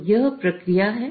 तो वह प्रक्रिया है